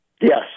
Yes